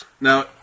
Now